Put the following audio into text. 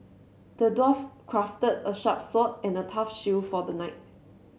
the dwarf crafted a sharp sword and a tough shield for the knight